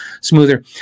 smoother